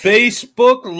Facebook